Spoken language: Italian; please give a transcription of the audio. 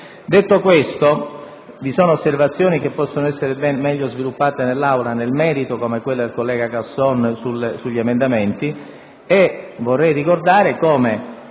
Detto questo, vi sono osservazioni che possono essere meglio sviluppate in Aula nel merito, come quella del collega Casson sugli emendamenti, e vorrei ricordare come